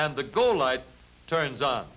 and the goal light turns on